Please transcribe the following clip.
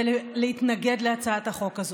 ולהתנגד להצעת החוק הזאת.